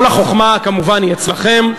כל החוכמה, כמובן, היא אצלכם.